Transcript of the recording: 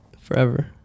Forever